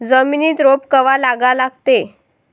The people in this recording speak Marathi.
जमिनीत रोप कवा लागा लागते?